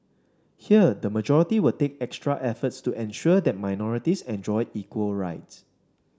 here the majority will take extra efforts to ensure that minorities enjoy equal rights